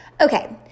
okay